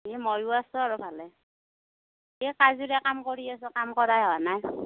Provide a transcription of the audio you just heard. এই ময়ো আছোঁ আৰু ভালে এই কাজৰে কাম কৰি আছোঁ কাম কৰাই হোৱা নাই